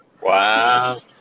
Wow